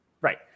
Right